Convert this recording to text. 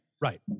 Right